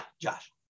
Josh